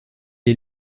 est